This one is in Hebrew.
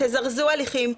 תזרזו הליכים,